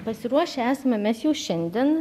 pasiruošę esame mes jau šiandien